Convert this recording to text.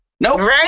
Nope